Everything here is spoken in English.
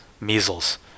measles